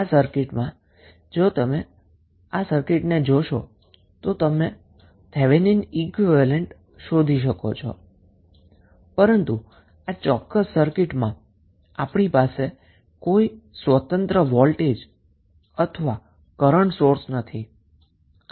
આ સર્કિટમાં જો તમે સર્કિટને જોશો તો આપણે થેવેનિન ઈક્વીવેલેન્ટ શોધવા ઇચ્છીએ છીએ પરંતુ આ ચોક્કસ સર્કિટમાં આપણી પાસે કોઈ ઇંડિપેન્ડન્ટ વોલ્ટેજ અથવા કરન્ટ સોર્સ નથી